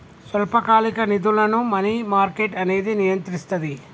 స్వల్పకాలిక నిధులను money market అనేది నియంత్రిస్తది